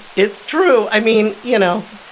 it's true. i mean, you know,